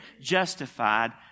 justified